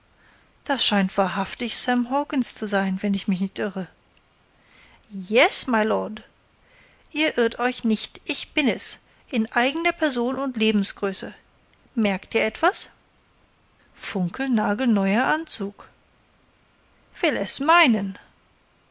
das scheint wahrhaftig sam hawkens zu sein wenn ich mich nicht irre yes mylord ihr irrt euch nicht ich bin es in eigener person und lebensgröße merkt ihr etwas funkelnagelneuer anzug will es meinen